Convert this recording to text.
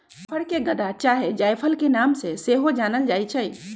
जाफर के गदा चाहे जायफल के नाम से सेहो जानल जाइ छइ